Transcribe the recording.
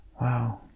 Wow